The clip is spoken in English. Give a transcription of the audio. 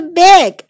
big